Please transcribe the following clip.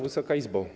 Wysoka Izbo!